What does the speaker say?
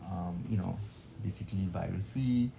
um you know basically virus free